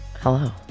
Hello